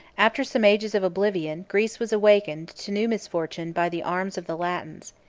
after some ages of oblivion, greece was awakened to new misfortunes by the arms of the latins.